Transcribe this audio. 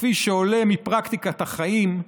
וכפי שעולה מפרקטיקת החיים,